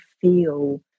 feel